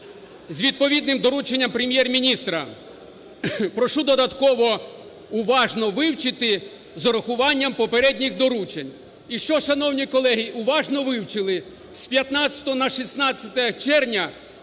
з відповідним дорученням Прем'єр-міністра: прошу додатково уважно вивчити з урахуванням попередніх доручень. І що, шановні колеги, уважно вивчили? З 15-го на 16 червня